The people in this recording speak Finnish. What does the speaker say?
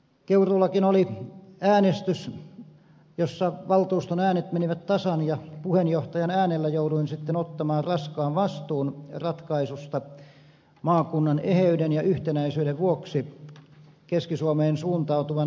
keuruullakin oli äänestys jossa valtuuston äänet menivät tasan ja puheenjohtajan äänellä jouduin sitten ottamaan raskaan vastuun ratkaisusta maakunnan eheyden ja yhtenäisyyden vuoksi keski suomeen suuntautuvan seututerveyskeskusratkaisun puolesta